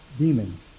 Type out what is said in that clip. Demons